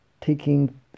taking